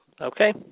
Okay